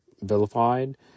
vilified